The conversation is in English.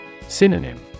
Synonym